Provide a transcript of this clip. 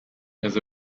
has